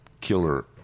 killer